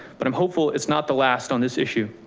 but i'm hopeful it's not the last on this issue.